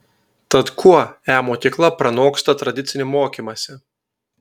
tad kuo e mokykla pranoksta tradicinį mokymąsi